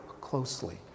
closely